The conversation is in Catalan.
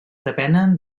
depenen